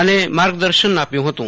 અને માર્ગદર્શન આવ્યું હતું